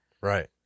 right